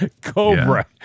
Cobra